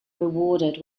rewarded